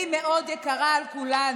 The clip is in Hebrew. שלי היא מאוד יקרה לכולנו.